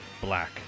Black